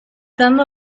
some